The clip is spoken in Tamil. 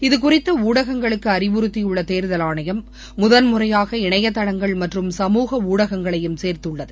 இது குறித்து ஊடகங்களுக்கு அறிவறுத்தியுள்ள தேர்தல் ஆணையம் முதல் முறையாக இணையதளங்கள் மற்றும் சமூக ஊடகங்களையும் சேர்த்துள்ளது